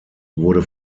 wurde